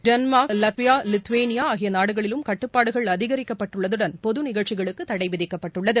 Denmark Latvia Lithuania ஆகிய நாடுகளிலும் கட்டுப்பாடுகள் அதிகரிக்கப்பட்டுள்ளதுடன் பொது நிகழ்ச்சிகளுக்கு தடை விதிக்கப்பட்டுள்ளது